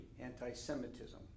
anti-Semitism